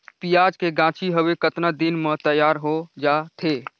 पियाज के गाछी हवे कतना दिन म तैयार हों जा थे?